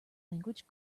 language